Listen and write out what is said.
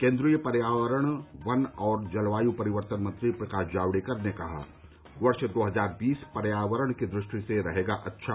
केंद्रीय पर्यावरण वन और जलवायू परिवर्तन मंत्री प्रकाश जावड़ेकर ने कहा वर्ष दो हजार बीस पर्यावरण की दृष्टि से रहेगा अच्छा